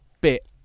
bit